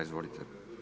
Izvolite.